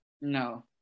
No